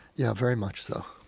yeah, very much so.